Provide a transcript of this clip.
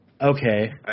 Okay